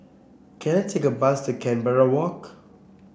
can I take a bus to Canberra Walk